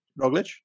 Roglic